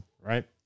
right